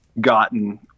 gotten